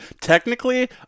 Technically